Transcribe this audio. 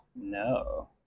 No